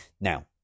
Now